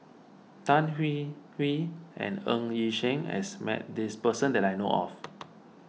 Tan Hwee Hwee and Ng Yi Sheng has met this person that I know of